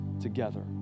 together